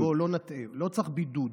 לא צריך בידוד.